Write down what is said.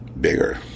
Bigger